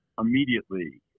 immediately